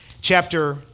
chapter